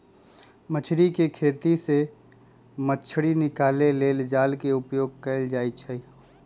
मछरी कें खेति से मछ्री निकाले लेल जाल के उपयोग कएल जाइ छै